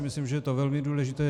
Myslím, že je to velmi důležité.